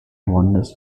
wonders